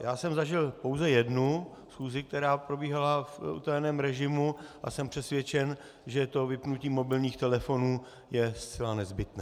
Já jsem zažil pouze jednu schůzi, která probíhala v utajeném režimu, a jsem přesvědčen, že to vypnutí mobilních telefonů je zcela nezbytné.